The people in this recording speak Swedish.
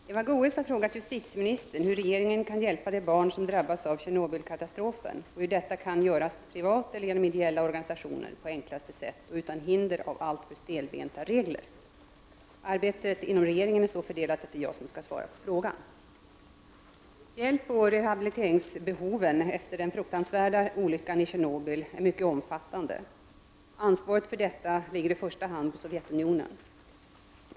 Herr talman! Eva Goés har frågat justitieministern hur regeringen kan hjälpa de barn om drabbats av Tjernobylkatastrofen och hur detta kan göras privat eller genom ideella organisationer på enklaste sätt och utan hinder av alltför stelbenta regler. Arbetet inom regeringen är så fördelat att det är jag som skall svara på frågan. Hjälpoch rehabiliteringsbehoven efter den fruktansvärda olyckan i Tjernobyl är mycket omfattande. Ansvaret för detta ligger i första hand på Sovjetunionen.